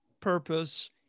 Purpose